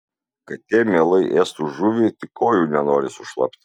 katė mielai ėstų žuvį tik kojų nenori sušlapti